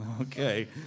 okay